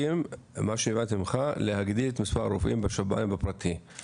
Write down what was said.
ממה שהבנתי ממך אתה מסכים להגדיל את מספר הרופאים בשב"ן ובפרטי,